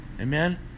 Amen